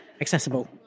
accessible